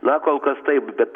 na kol kas taip bet